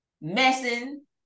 Messing